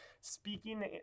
Speaking